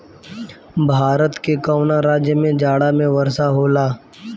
भारत के कवना राज्य में जाड़ा में वर्षा होला?